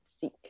seek